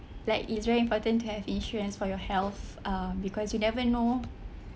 like it's very important to have insurance for your health uh because you never know